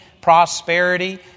prosperity